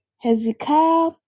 Hezekiah